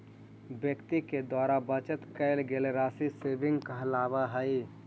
व्यक्ति के द्वारा बचत कैल गेल राशि सेविंग कहलावऽ हई